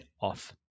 off